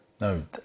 No